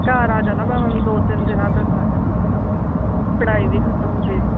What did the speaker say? ਘਰ ਆ ਜਾਣਾ ਮੈਂ ਹੁਣ ਦੋ ਤਿੰਨ ਦਿਨਾਂ ਤੱਕ ਆ ਜਾਣਾ ਹੁਣ ਬਸ ਪੜ੍ਹਾਈ ਵੀ ਖ਼ਤਮ ਹੋ ਗਈ ਆ